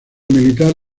militares